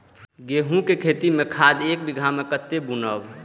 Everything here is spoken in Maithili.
गेंहू के खेती में खाद ऐक बीघा में कते बुनब?